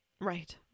Right